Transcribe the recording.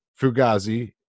Fugazi